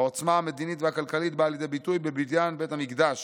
העוצמה המדינית והכלכלית באה לידי ביטוי בבניין בית המקדש.